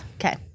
Okay